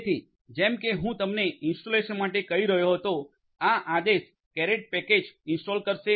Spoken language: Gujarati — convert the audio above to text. તેથી જેમ કે હું તમને ઇન્સ્ટોલેશન માટે કહી રહ્યો હતો આ આદેશ કેરેટ પેકેજ ઇન્સ્ટોલ કરશે